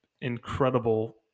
incredible